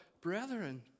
brethren